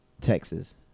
Texas